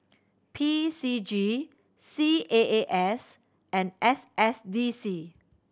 P C G C A A S and S S D C